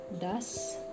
thus